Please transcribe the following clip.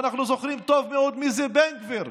ואנחנו זוכרים טוב מאוד מי זה בן גביר,